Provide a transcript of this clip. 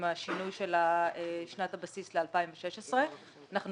עם השינוי של שנת הבסיס ל-2016 אבל אנחנו